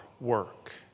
work